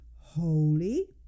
holy